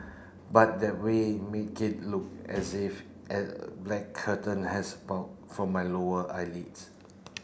but that way make it look as if a black curtain has sprout from my lower eyelids